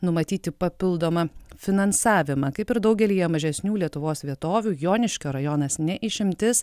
numatyti papildomą finansavimą kaip ir daugelyje mažesnių lietuvos vietovių joniškio rajonas ne išimtis